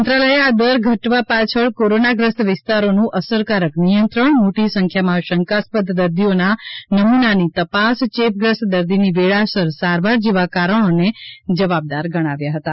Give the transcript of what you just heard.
મંત્રાલયે આ દર ઘટવા પાછળ કોરોનાગ્રસ્ત વિસ્તારનું અસરકારક નિયંત્રણ મોટી સંખ્યામાં શંકાસ્પદ દર્દીઓના નમૂનાની તપાસ ચેપગ્રસ્ત દર્દીની વેળાસર સારવાર જેવાં કારણોને જવાબદાર ગણાવ્યાં હતાં